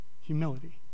humility